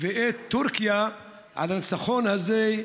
ואת טורקיה על הניצחון הזה,